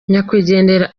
nyakwigendera